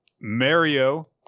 mario